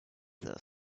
this